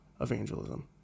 evangelism